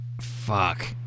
Fuck